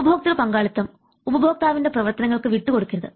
ഉപഭോക്തൃ പങ്കാളിത്തം ഉപഭോക്താവിൻറെ പ്രവർത്തനങ്ങൾക്ക് വിട്ടുകൊടുക്കരുത്